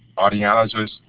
audiologist,